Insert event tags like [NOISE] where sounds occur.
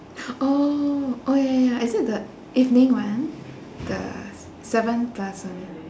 [NOISE] oh ya ya it is the evening one the s~ seven plus one